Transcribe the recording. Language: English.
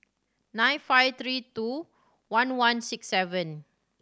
nine five three two one one six seven